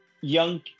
young